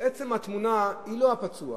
עצם התמונה היא לא הפצוע,